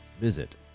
visit